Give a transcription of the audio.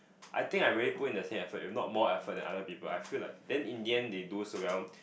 I think I really put in the same effort if not more effort than other people I feel like then in the end they do so well